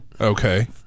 okay